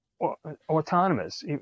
autonomous